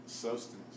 substance